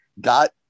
got